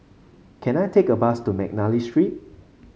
can I take a bus to McNally Street